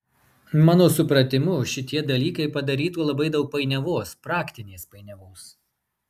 mano supratimu šitie dalykai padarytų labai daug painiavos praktinės painiavos